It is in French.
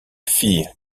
fille